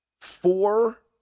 four